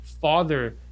father